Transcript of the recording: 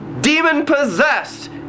demon-possessed